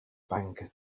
banker